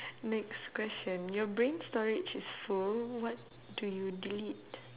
next question your brain storage is full what do you delete